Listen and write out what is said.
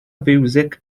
fiwsig